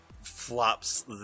flops